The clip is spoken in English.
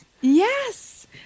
Yes